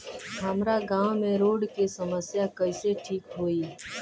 हमारा गाँव मे रोड के समस्या कइसे ठीक होई?